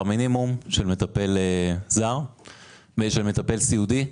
מינימום של מטפל זר ושל מטפל סיעודי,